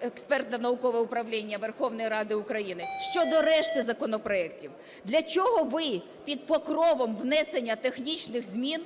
експертне наукове управління Верховної Ради України щодо решти законопроектів. Для чого ви, під покровом внесення технічних змін,